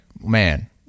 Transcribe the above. man